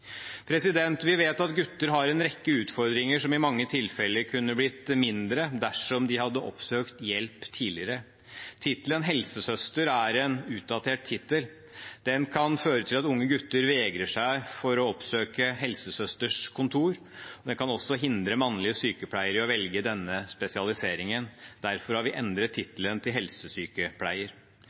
Vi vet at gutter har en rekke utfordringer som i mange tilfeller kunne blitt mindre dersom de hadde oppsøkt hjelp tidligere. Tittelen «helsesøster» er en utdatert tittel. Den kan føre til at unge gutter vegrer seg for å oppsøke helsesøsters kontor. Den kan også hindre mannlige sykepleiere i å velge denne spesialiseringen. Derfor har vi endret tittelen til helsesykepleier.